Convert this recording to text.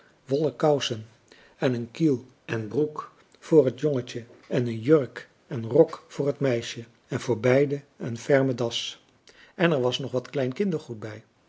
wollen kousen en een kiel en broek voor het jongetje en een jurk en rok voor het meisje en voor beiden een ferme das en er was nog wat kleinkindergoed bij